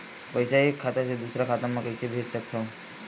पईसा एक खाता से दुसर खाता मा कइसे कैसे भेज सकथव?